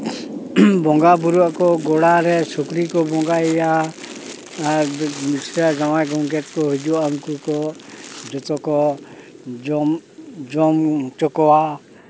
ᱵᱚᱸᱜᱟ ᱵᱳᱨᱳ ᱟᱠᱚ ᱜᱚᱲᱟᱨᱮ ᱥᱩᱠᱨᱤ ᱠᱚ ᱵᱚᱸᱜᱟᱭᱮᱭᱟ ᱟᱨ ᱢᱤᱥᱨᱟ ᱡᱟᱶᱟᱭ ᱜᱮᱢᱠᱮ ᱠᱚ ᱦᱤᱡᱩᱜᱼᱟ ᱩᱱᱠᱩ ᱠᱚ ᱡᱚᱛᱚ ᱠᱚ ᱡᱚᱢ ᱡᱚᱢ ᱦᱚᱪᱚ ᱠᱚᱣᱟ